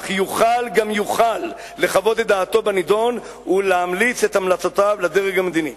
אך יוכל גם יוכל לחוות את דעתו בנדון ולהמליץ את המלצותיו לדרג המדיני.